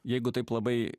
jeigu taip labai